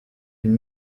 une